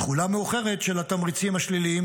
תחולה מאוחרת של התמריצים השליליים